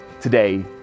Today